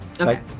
okay